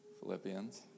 Philippians